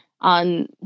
on